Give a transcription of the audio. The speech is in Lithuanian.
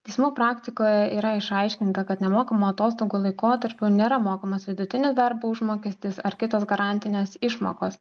teismų praktikoje yra išaiškinta kad nemokamų atostogų laikotarpiu nėra mokamas vidutinis darbo užmokestis ar kitos garantinės išmokos